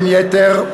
בין היתר,